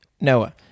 noah